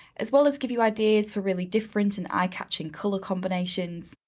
as well as give you ideas for really different and eye-catching color combinations.